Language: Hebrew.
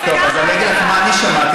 אני אגיד לך מה אני שמעתי.